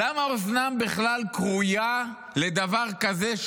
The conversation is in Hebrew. למה אוזנם בכלל כרויה לדבר כזה,